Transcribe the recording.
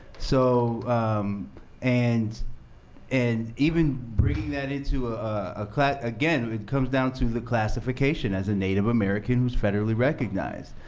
so um and and even bringing that into a a class, again, it comes down to the classification as a native american who is federally recognized.